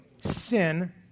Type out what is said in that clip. sin